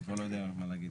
אני כבר לא יודע מה להגיד.